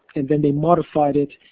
and then they modified it.